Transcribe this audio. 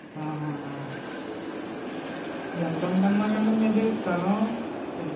అహహహా ఎంతుంది అన్నారు అండి మీది స్థలం